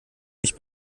mich